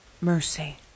mercy